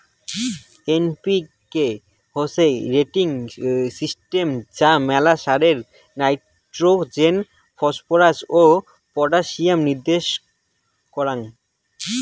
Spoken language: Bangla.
এন.পি.কে হসে রেটিং সিস্টেম যা মেলা সারে নাইট্রোজেন, ফসফরাস ও পটাসিয়ামের নির্দেশ কারাঙ